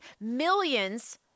millions